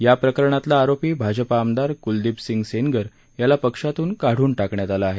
याप्रकरणातला आरोपी भाजपा आमदार क्लदिप सिंग सेनगर याला पक्षातून काढून टाकण्यात आलं आहे